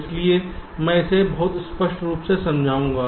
इसलिए मैं इसे बहुत स्पष्ट रूप से समझाऊंगा